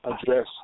address